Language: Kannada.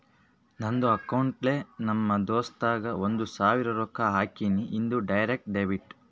ನಂದ್ ಅಕೌಂಟ್ಲೆ ನಮ್ ದೋಸ್ತುಗ್ ಒಂದ್ ಸಾವಿರ ರೊಕ್ಕಾ ಹಾಕಿನಿ, ಇದು ಡೈರೆಕ್ಟ್ ಡೆಬಿಟ್